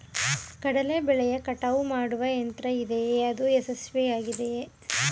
ಕಡಲೆ ಬೆಳೆಯ ಕಟಾವು ಮಾಡುವ ಯಂತ್ರ ಇದೆಯೇ? ಅದು ಯಶಸ್ವಿಯಾಗಿದೆಯೇ?